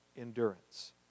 endurance